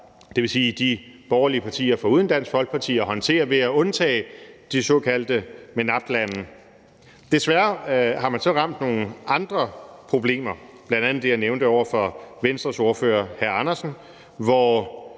det vil sige de borgerlige partier foruden Dansk Folkeparti – ved at undtage de såkaldte MENAPT-lande. Desværre har man så ramt nogle andre problemer, bl.a. det, jeg nævnte over for Venstres ordfører, hr. Hans Andersen, hvor